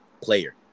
Player